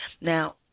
now